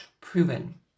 proven